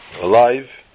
alive